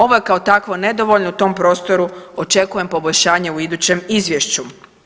Ovo je kao takvo nedovoljno i u tom prostoru očekujem poboljšanje u idućem izvješću.